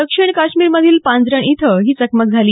दक्षिण काश्मीरमधील पांजरण इथं ही चकमक झाली